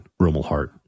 Rumelhart